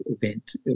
event